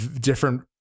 different